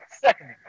second